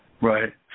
right